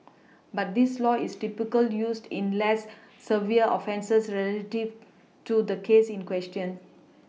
but this law is typically used in less severe offences relative to the case in question